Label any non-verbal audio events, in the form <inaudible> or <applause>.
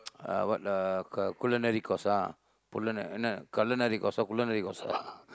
<noise> uh what uh culinary course ah புள்ளந என்ன கள்ளநரி:pullana enna kallanari course ah culinary course ah <laughs>